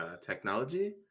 technology